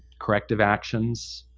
corrective actions,